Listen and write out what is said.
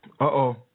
Uh-oh